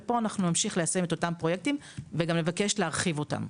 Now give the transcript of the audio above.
ופה נמשיך ליישם את אותם פרויקטים וגם נבקש להרחיב אותם.